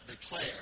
declare